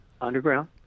underground